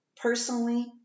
personally